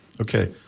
Okay